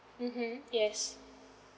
mmhmm yes